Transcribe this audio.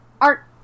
art